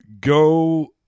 go